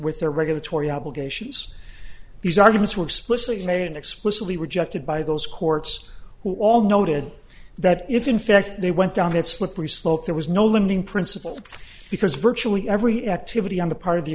with their regulatory obligations these arguments were explicitly made explicitly rejected by those courts who all noted that if in fact they went down that slippery slope there was no limiting principle because virtually every activity on the part of the